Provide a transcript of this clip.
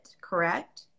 correct